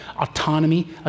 autonomy